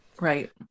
Right